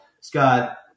Scott